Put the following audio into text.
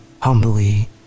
humbly